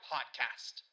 Podcast